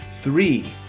three